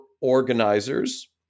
organizers